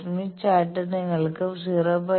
Smith chart നിങ്ങൾക്ക് 0